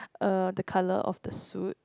uh the colour of the suit